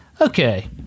Okay